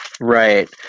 right